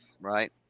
right